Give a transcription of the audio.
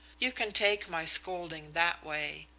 you can take my scolding that way.